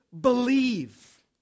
believe